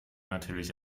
natürlich